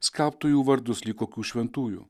skelbtų jų vardus lyg kokių šventųjų